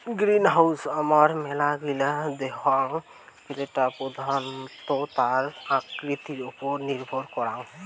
greenhouse হামারা মেলা গিলা দেখঙ যেটা প্রধানত তার আকৃতির ওপর নির্ভর করাং